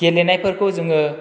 गेलेनायफोरखौ जोङो